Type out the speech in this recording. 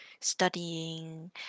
studying